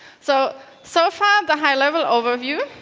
so so far, the high-level overview,